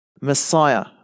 messiah